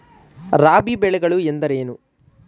ರಾಬಿ ಬೆಳೆಗಳು ಎಂದರೇನು?